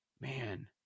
man